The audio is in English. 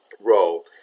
role